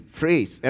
phrase